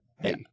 Hey